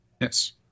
Yes